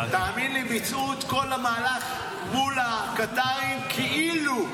תאמין לי, ביצעו את כל המהלך מול הקטרים, כאילו.